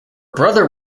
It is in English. brother